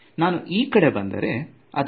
ನಾನು ಈ ಕಡೆ ಬಂದರೆ ಇದರ ಮೌಲ್ಯ ಕಡಿಮೆ ಇರುತ್ತದೆ